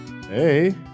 Hey